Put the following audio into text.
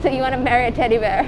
so you want to marry a teddy bear